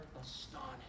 astonished